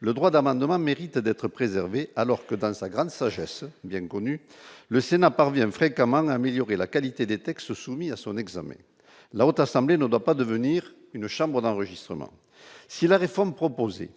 le droit d'amendement, méritent d'être préservées, alors que dans sa grande sagesse, bien connu, le Sénat parvient fréquemment, améliorer la qualité des textes soumis à son examen la haute assemblée ne doit pas devenir une chambre d'enregistrement, si la réforme proposée